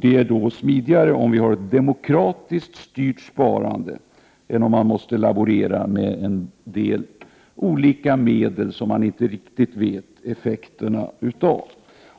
Det är då smidigare om vi har ett demokratiskt styrt sparande än om man måste laborera med olika medel, vilkas effekt man inte riktigt känner till.